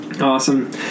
Awesome